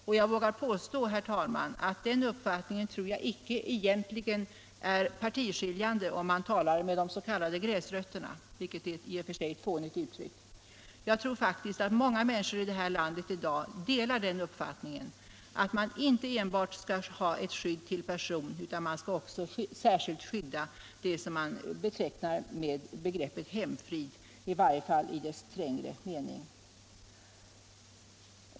Och den uppfattningen tror jag inte är i egentlig mening partiskiljande, om man talar med de s.k. gräsrötterna — ett i och för sig fånigt uttryck. Jag tror faktiskt att många människor här i landet delar den uppfattningen att man inte enbart skall ha ett skydd till person utan också ett särskilt skydd för det som betecknas med begreppet hemfrid, i varje fall hemfrid i trängre mening.